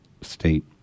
state